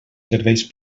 serveis